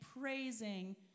praising